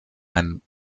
ein